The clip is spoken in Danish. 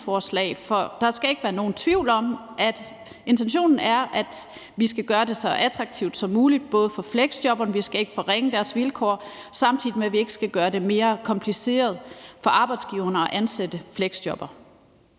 for der skal ikke være nogen tvivl om, at intentionen er, at vi skal gøre det så attraktivt som muligt for fleksjobberne – vi skal ikke forringe deres vilkår – samtidig med at vi ikke skal gøre det mere kompliceret for arbejdsgiverne at ansætte fleksjobbere.